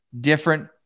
different